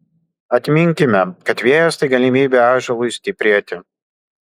atminkime kad vėjas tai galimybė ąžuolui stiprėti